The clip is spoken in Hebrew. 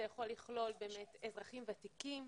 זה יכול לכלול אזרחים ותיקים,